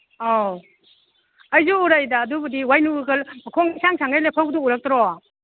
ꯑꯧ ꯑꯩꯁꯨ ꯎꯔꯛꯏꯗ ꯑꯗꯨꯕꯨꯗꯤ ꯋꯥꯏꯅꯨꯒ ꯃꯈꯣꯡ ꯏꯁꯥꯡ ꯁꯥꯡꯒꯩ ꯂꯦꯞꯍꯧꯕꯗꯨ ꯎꯔꯛꯇ꯭ꯔꯣ